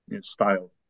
style